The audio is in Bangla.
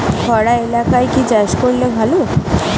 খরা এলাকায় কি চাষ করলে ভালো?